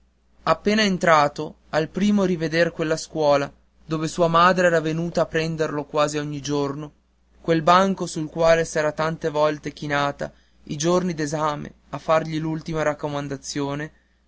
appena entrato al primo riveder quella scuola dove sua madre era venuta a prenderlo quasi ogni giorno quel banco sul quale s'era tante volte chinata i giorni d'esame a fargli l'ultima raccomandazione